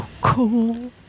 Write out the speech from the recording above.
cool